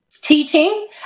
teaching